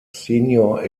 senior